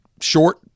Short